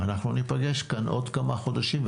אנחנו ניפגש כאן בעוד כמה חודשים,